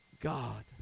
god